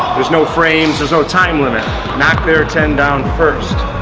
there's no frames. there's no time limit knock their ten down first